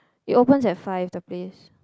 it opens at five the place